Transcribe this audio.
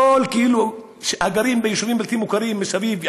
כל הגרים ביישובים הבלתי-מוכרים מסביב,